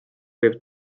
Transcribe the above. võib